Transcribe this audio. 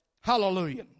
Hallelujah